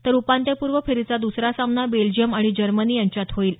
तर उपान्त्यपूर्व फेरीचा दुसरा सामना बेल्जियम आणि जर्मनी यांच्यात होईल